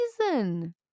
reason